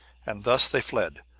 and thus they fled,